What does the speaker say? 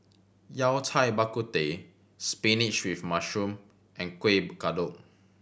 Yao Cai Bak Kut Teh spinach with mushroom and Kuih Kodok